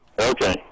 Okay